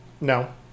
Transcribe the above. No